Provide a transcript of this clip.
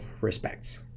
respects